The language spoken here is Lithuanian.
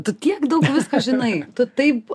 tu tiek daug visko žinai tu taip